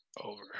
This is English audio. over